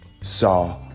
saw